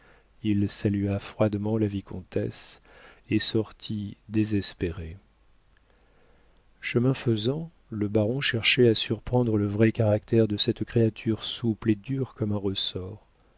il salua froidement la vicomtesse et sortit désespéré chemin faisant le baron cherchait à surprendre le vrai caractère de cette créature souple et dure comme un ressort